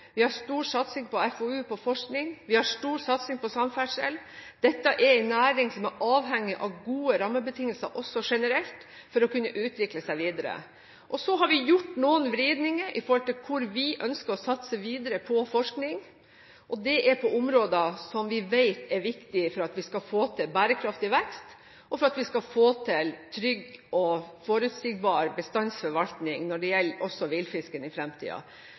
vi har stor satsing på FoU, på forskning, vi har stor satsing på samferdsel. Dette er en næring som er avhengig av gode rammebetingelser også generelt, for å kunne utvikle seg videre. Så har vi gjort noen vridninger i forhold til hvor vi ønsker å satse videre på forskning, og det er på områder som vi vet er viktige for at vi skal få til bærekraftig vekst, og for at vi skal få til en trygg og forutsigbar bestandsforvaltning – også når det gjelder villfisken – i